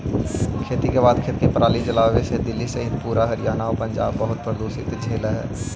खेती के बाद खेत में पराली जलावे से दिल्ली सहित पूरा हरियाणा आउ पंजाब बहुत प्रदूषण झेलऽ हइ